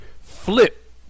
flip